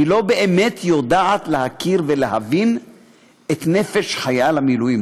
היא לא באמת יודעת להכיר ולהבין את נפש חייל המילואים.